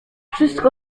wszystko